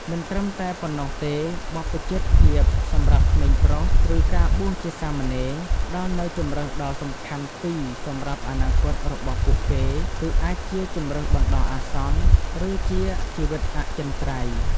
មិនត្រឹមតែប៉ុណ្ណោះទេ បព្វជិតភាពសម្រាប់ក្មេងប្រុស ឬការបួសជាសាមណេរ ផ្ដល់នូវជម្រើសដ៏សំខាន់ពីរសម្រាប់អនាគតរបស់ពួកគេ គឺអាចជា ជម្រើសបណ្ដោះអាសន្ន ឬជា ជីវិតអចិន្ត្រៃយ៍។